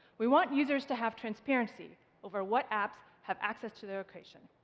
we want users to have transparency over what apps have access to their location,